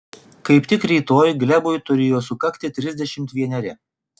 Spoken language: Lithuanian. kaip tik rytoj glebui turėjo sukakti trisdešimt vieneri